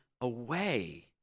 away